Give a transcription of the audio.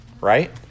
right